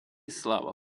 слава